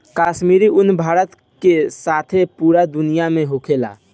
काश्मीरी उन भारत के साथे पूरा दुनिया में होखेला